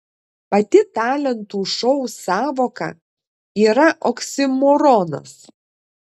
pati talentų šou sąvoka yra oksimoronas